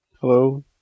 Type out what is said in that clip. Hello